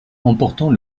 emportant